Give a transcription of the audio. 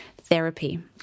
therapy